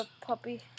puppy